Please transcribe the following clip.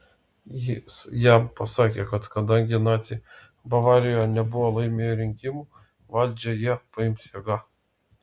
jis jam pasakė kad kadangi naciai bavarijoje nebuvo laimėję rinkimų valdžią jie paims jėga